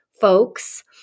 folks